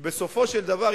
כי בסופו של דבר,